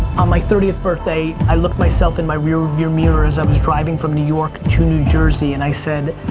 on my thirtieth birthday, i looked myself in my rear view mirror as i was driving from new york to new jersey, and i said,